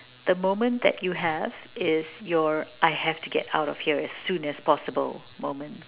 the moment that you have is your I have to get out of here as soon as possible moment